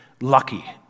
lucky